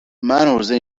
عرضه